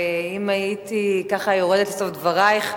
ואם הייתי, ככה, יורדת לסוף דברייך,